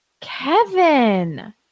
Kevin